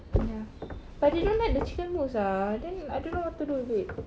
ya but they don't have the chicken mousse ah then I don't know what to do with it